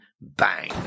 bang